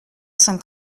cinq